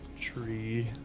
tree